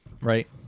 right